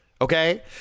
Okay